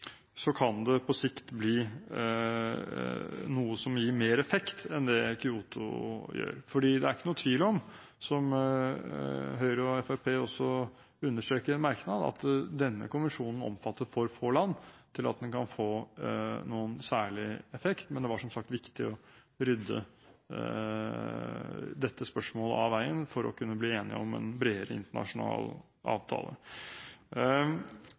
Så det er tross alt noen lyspunkter. I tillegg skal alle landene melde inn hva de har lyst til å bidra med til denne internasjonale klimadugnaden, innen klimamøtet med Ban Ki-moon i september. På sikt kan det bli noe som gir mer effekt enn det Kyoto-avtalen gjør. Det er ikke noen tvil om, som Høyre og Fremskrittspartiet også understreker i en merknad, at denne konvensjonen omfatter for få land til at den kan få noen særlig effekt, men